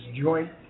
joint